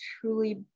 truly